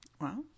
Wow